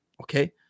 Okay